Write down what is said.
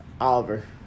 Oliver